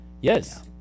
Yes